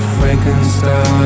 Frankenstein